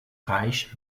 reich